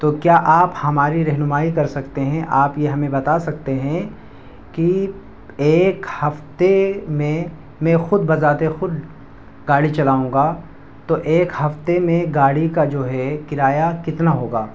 تو کیا آپ ہماری رہنمائی کر سکتے ہیں آپ یہ ہمیں بتا سکتے ہیں کہ ایک ہفتے میں میں خود بذات خود گاڑی چلاؤں گا تو ایک ہفتے میں گاڑی کا جو ہے کرایہ کتنا ہوگا